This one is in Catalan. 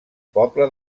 poble